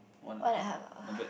one and the half hour not bad